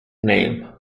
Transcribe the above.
name